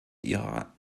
ihrer